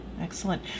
Excellent